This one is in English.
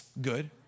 Good